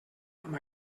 amb